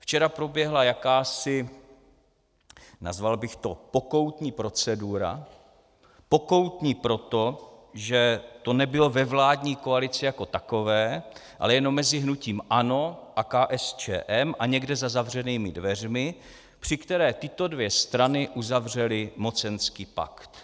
Včera proběhla jakási, nazval bych to pokoutní procedura pokoutní proto, že to nebylo ve vládní koalici jako takové, ale jenom mezi hnutím ANO a KSČM a někde za zavřenými dveřmi , při které tyto dvě strany uzavřely mocenský pakt.